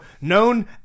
known